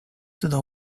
through